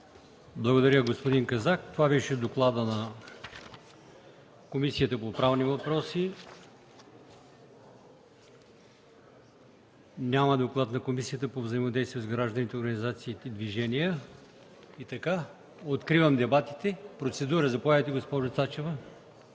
Благодаря, господин Казак. Това беше докладът на Комисията по правни въпроси. Няма доклад на Комисията за взаимодействие с гражданските организации и движения. Откривам дебатите. Процедура – заповядайте, госпожо Цачева.